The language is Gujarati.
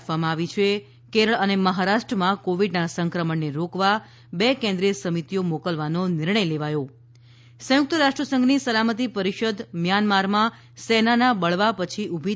આપવામાં આવી છે કેરળ અને મહારાષ્ટ્રમાં કોવિડના સંક્રમણને રોકવા બે કેન્દ્રીય સમિતિઓ મોકલવાનો નિર્ણય લેવાયો સંયુક્ત રાષ્ટ્રસંઘની સલામતી પરિષદ મ્યાનમારમાં સેનાના બળવા પછી ઊભી